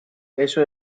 eso